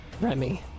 Remy